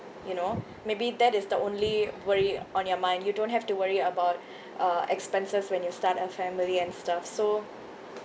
you know maybe that is the only worry on your mind you don't have to worry about uh expenses when you start a family and stuff so